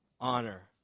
honor